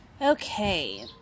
Okay